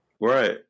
Right